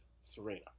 Serena